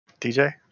DJ